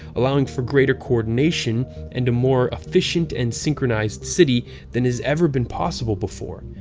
allowing for greater coordination and a more efficient and synchronized city than has ever been possible before.